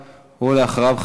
ואחריו,